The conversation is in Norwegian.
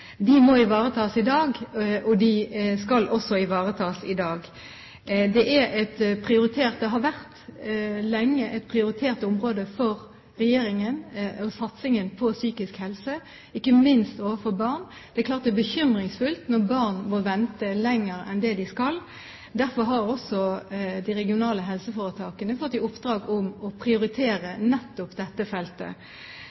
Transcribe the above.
De må ivaretas i dag, og de skal også ivaretas i dag. Satsingen på psykisk helse har lenge vært et prioritert område for Regjeringen, ikke minst overfor barn. Det er klart det er bekymringsfullt når barn må vente lenger enn det de skal. Derfor har også de regionale helseforetakene fått i oppdrag å prioritere